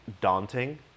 daunting